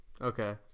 Okay